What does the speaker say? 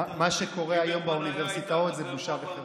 מה שקורה היום באוניברסיטאות זה בושה וחרפה.